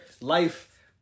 Life